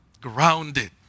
grounded